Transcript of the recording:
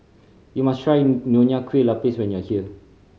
you must try Nonya Kueh Lapis when you are here